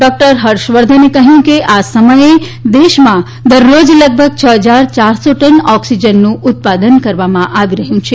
doctor હર્ષવર્ધને કહ્યું કે આ સમયે દેશમાં દરરોજ લગભગ છ હજાર ચારસો ટન ઓક્સીજનનું ઉત્પાદન કરવામાં આવી રહ્યું છે